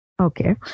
Okay